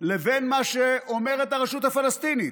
לבין מה שאומרת הרשות הפלסטינית.